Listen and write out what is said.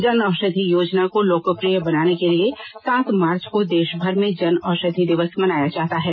जनऔषधि योजना को लोकप्रिय बनाने के लिए सात मार्च को देशभर में जनऔषधि दिवस मनाया जाता है